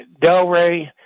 Delray